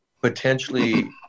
potentially